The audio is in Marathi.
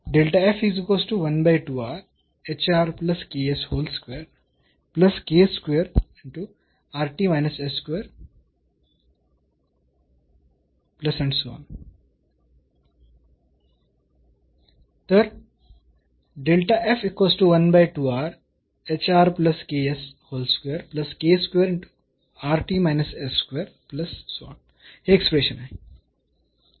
तर हे एक्सप्रेशन आहे